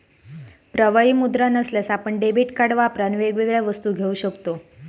प्रवाही मुद्रा नसल्यार आपण डेबीट कार्ड वापरान वेगवेगळ्या वस्तू घेऊ शकताव